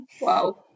wow